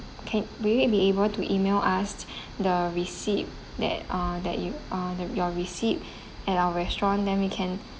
can we you be able to email us the receipt that ah that you ah your receipt at our restaurant then we can